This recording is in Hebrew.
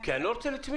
כי אני לא רוצה לצמיתות.